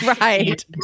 right